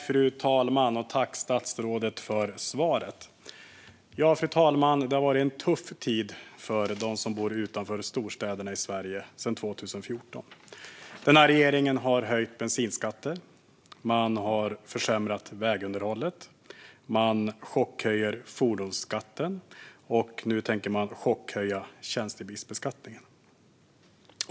Fru talman! Tack, statsrådet, för svaret! Fru talman! Det har varit en tuff tid för dem som bor utanför storstäderna i Sverige sedan 2015. Den här regeringen har höjt bensinskatten och försämrat vägunderhållet. Man chockhöjer fordonsskatten och tänker nu också chockhöja tjänstebilsbeskattningen.